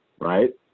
Right